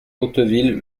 hauteville